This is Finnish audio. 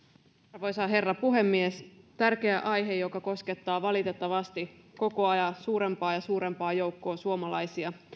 arvoisa herra puhemies tärkeä aihe joka koskettaa valitettavasti koko ajan suurempaa ja suurempaa joukkoa suomalaisia